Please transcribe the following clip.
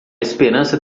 esperança